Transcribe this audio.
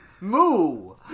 Moo